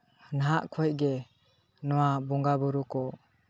ᱱᱟᱦᱟᱜ ᱠᱷᱚᱱᱜᱮ ᱱᱚᱣᱟ ᱵᱚᱸᱜᱟᱼᱵᱩᱨᱩ ᱠᱚ